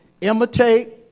Imitate